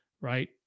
right